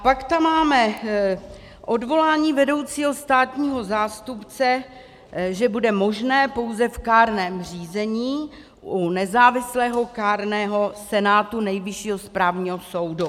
Pak tam máme odvolání vedoucího státního zástupce, že bude možné pouze v kárném řízení u nezávislého kárného senátu Nejvyššího správního soudu.